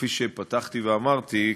כפי שפתחתי ואמרתי,